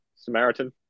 Samaritan